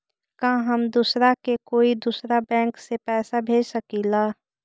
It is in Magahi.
का हम दूसरा के कोई दुसरा बैंक से पैसा भेज सकिला?